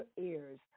ears